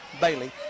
Bailey